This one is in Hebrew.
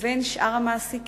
לאלה של שאר המעסיקים,